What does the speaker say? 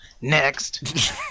next